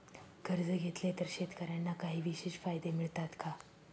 कर्ज घेतले तर शेतकऱ्यांना काही विशेष फायदे मिळतात का?